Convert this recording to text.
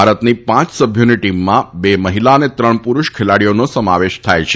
ભારતની પાંચ સભ્યોની ટીમમાં બે મહિલા અને ત્રણ પુરૂષ ખેલાડીઓનો સમાવેશ થાય છે